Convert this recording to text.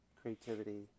creativity